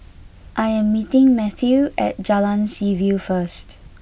I am meeting Matthew at Jalan Seaview first